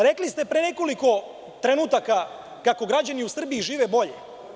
Rekli ste pre nekoliko trenutaka kako građani u Srbiji žive bolje.